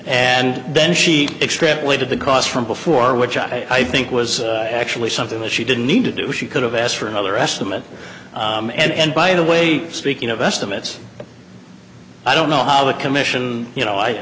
and then she extrapolated the cost from before which i think was actually something that she didn't need to do she could have asked for another estimate and by the way speaking of estimates i don't know how the commission you know i